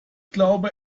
glaube